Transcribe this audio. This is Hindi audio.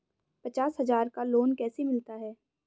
पचास हज़ार का लोन कैसे मिलता है?